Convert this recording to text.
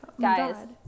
Guys